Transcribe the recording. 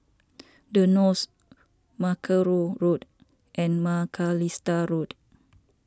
the Knolls Mackerrow Road and Macalister Road